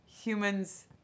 Humans